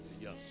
yes